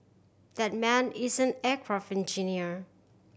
that man is an aircraft engineer